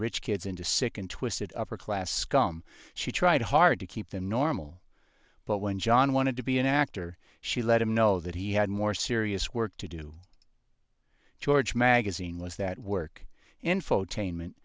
rich kids into sick and twisted upper class scum she tried hard to keep them normal but when john wanted to be an actor she let him know that he had more serious work to do george magazine was that work infotainment